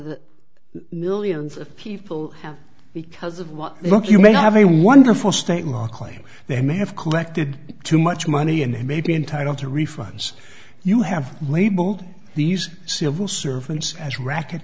the millions of people have because of what look you may have a wonderful state law claim they may have collected too much money and they may be entitled to refunds you have labeled these civil servants as racket